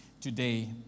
today